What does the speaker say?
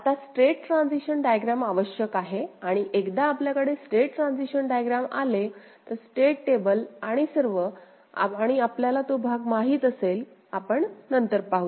आता state transition diagram आवश्यक आहे आणि एकदा आपल्याकडे स्टेट ट्रान्सिशन डायग्रॅम आले स्टेट टेबल आणि बाकीचे सर्व आणि आपल्याला तो भाग माहित असेल आपण नंतर पाहूया